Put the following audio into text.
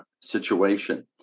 situation